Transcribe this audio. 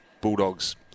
Bulldogs